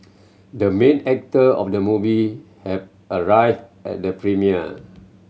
the main actor of the movie have arrived at the premiere